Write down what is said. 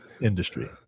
industry